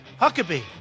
Huckabee